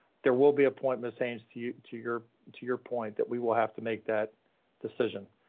there will be appointment sayings to you, to your to your point that we will have to make that decision.